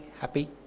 happy